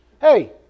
Hey